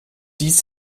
dies